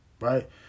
Right